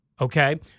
Okay